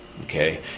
Okay